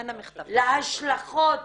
להשלכות